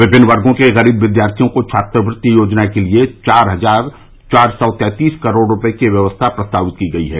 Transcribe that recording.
विभिन्न वर्गो के ग़रीब विद्यार्थियों को छात्रवृत्ति योजना के लिये चार हजार चार सौ तैंतीस करोड़ रूपये की बजट व्यवस्था प्रस्तावित है